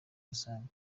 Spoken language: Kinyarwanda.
rusange